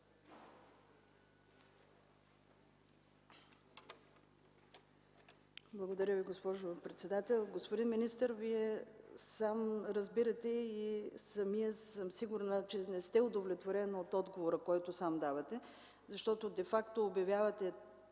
Благодаря Ви, госпожо председател. Господин министър, Вие сам разбирате и съм сигурна, че самият не сте удовлетворен от отговора, който сам давате, защото де факто обявявате темата